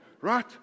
Right